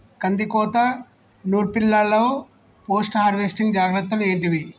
కందికోత నుర్పిల్లలో post harvesting జాగ్రత్తలు ఏంటివి?